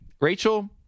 Rachel